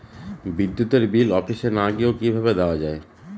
বিদ্যুতের বিল অফিসে না গিয়েও কিভাবে দেওয়া য়ায়?